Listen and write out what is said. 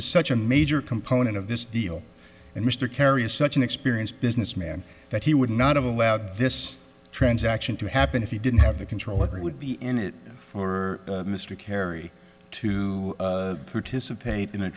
is such a major component of this deal and mr carey is such an experience businessman that he would not have allowed this transaction to happen if he didn't have the control over it would be in it for mr kerry to participate in a